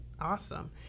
awesome